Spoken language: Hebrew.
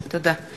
תודה.